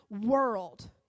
world